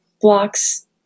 blocks